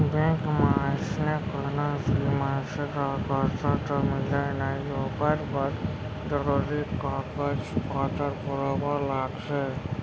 bank म अइसने कोनो भी मनसे ल करजा तो मिलय नई ओकर बर जरूरी कागज पातर बरोबर लागथे